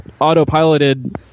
autopiloted